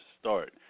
start